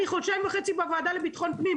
אני חודשיים וחצי בוועדה לביטחון פנים,